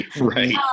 Right